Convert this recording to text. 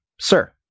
Sir